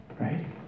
right